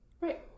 Right